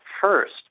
first